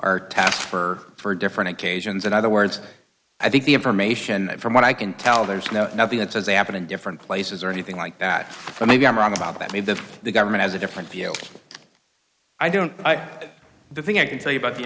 time for for different occasions in other words i think the information from what i can tell there's no nothing that says they happen in different places or anything like that but maybe i'm wrong about that made that the government has a different view i don't the thing i can tell you about the